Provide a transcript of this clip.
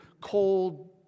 cold